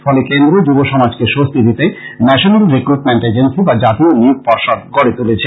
ফলে কেন্দ্র যুব সমাজকে স্বস্তি দিতে ন্যাশনাল রিক্রটমেন্ট এজেন্সি বা জাতীয় নিয়োগ পর্ষদ গড়ে তুলেছে